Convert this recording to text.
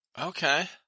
Okay